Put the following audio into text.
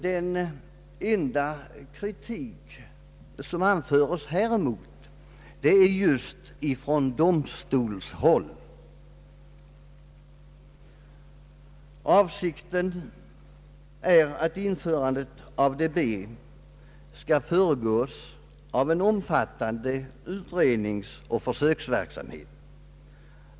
Den enda kritik som anförts häremot har kommit från domstolshåll. Avsikten är att införandet av ADB skall föregås av en omfattande utredningsoch försöksverksamhet.